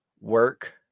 work